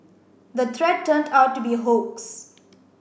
the threat turned out to be a hoax